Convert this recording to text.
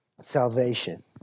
salvation